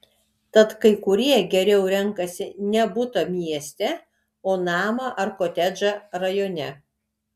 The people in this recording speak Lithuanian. tad kai kurie geriau renkasi ne butą mieste o namą ar kotedžą rajone